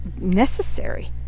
necessary